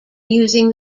using